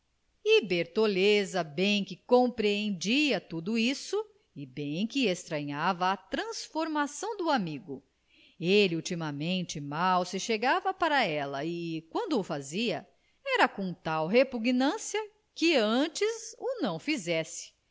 e bertoleza bem que compreendia tudo isso e bem que estranhava a transformação do amigo ele ultimamente mal se chegava para ela e quando o fazia era com tal repugnância que antes não o fizesse